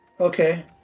Okay